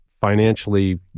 financially